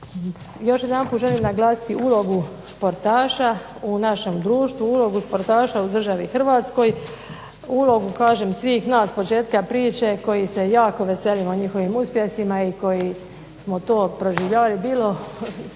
Još jedanput želim naglasiti ulogu športaša u našem društvu, ulogu športaša u državi Hrvatskoj, ulogu kažem svih nas s početka priče koji se jako veselimo njihovim uspjesima i koji smo to proživljavali bilo